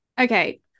okay